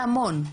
גם אם יעלה המון,